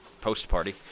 Post-party